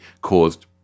caused